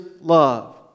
love